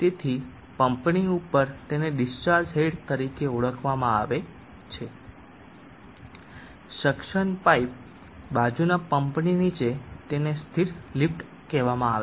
તેથી પંપની ઉપર તેને ડિસ્ચાર્જ હેડ તરીકે ઓળખવામાં આવે છે સેક્સન પાઇપ બાજુના પંપની નીચે તેને સ્થિર લિફ્ટ કહેવામાં આવે છે